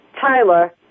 Tyler